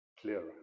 clearer